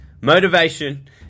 motivation